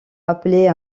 appeler